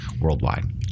worldwide